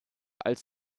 als